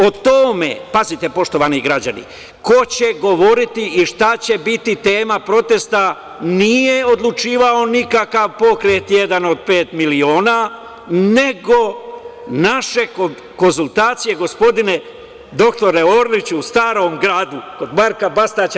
O tome - pazite poštovani građani - ko će govoriti i šta će biti tema protesta nije odlučivao nikakav pokret "Jedan od pet miliona", nego naše konsultacije - gospodine doktore Orliću - u Starom gradu, kod Marka Bastaća"